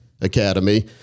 Academy